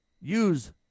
use